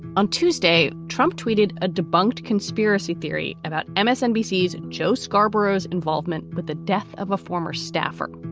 on tuesday, trump tweeted a debunked conspiracy theory about msnbc and joe scarborough's involvement with the death of a former staffer.